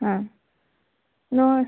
ಹಾಂ ನೋಡಿ